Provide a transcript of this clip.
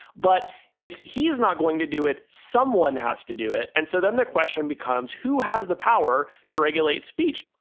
but if he is not going to do it, someone has to do it. and so then the question becomes, who has the power to regulate speech?